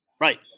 Right